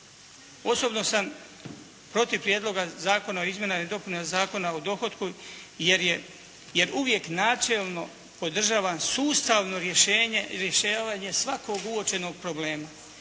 Osobno sam protiv Prijedloga zakona o izmjenama i dopunama Zakona o dohotku jer uvijek načelno podržavam sustavno rješavanje svakog uočenog problema.